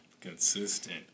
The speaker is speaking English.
Consistent